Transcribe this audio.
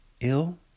Ill